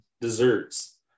desserts